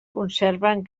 conserven